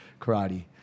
Karate